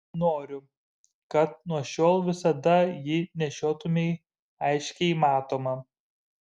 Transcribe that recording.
noriu kad nuo šiol visada jį nešiotumei aiškiai matomą